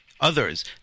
others